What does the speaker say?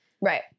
right